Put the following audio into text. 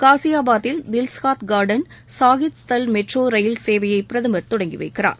காசியாபாத்தில் Dilshad garden Shaheed Sthal metro rail சேவையை பிரதமர் தொடங்கி வைக்கிறார்